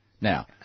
Now